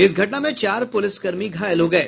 इस घटना में चार पुलिसकर्मी घायल हो गये